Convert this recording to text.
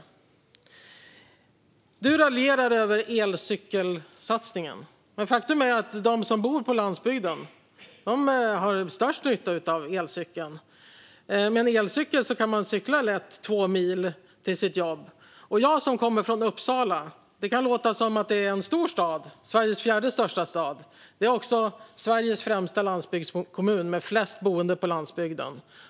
Ann-Charlotte Hammar Johnsson raljerar över elcykelsatsningen, men faktum är att de som bor på landsbygden har störst nytta av elcykeln. Med en elcykel kan man lätt cykla två mil till sitt jobb. Jag kommer från Uppsala. Det är Sveriges fjärde största stad. Men det är också Sveriges främsta landsbygdskommun med flest boende på landsbygden.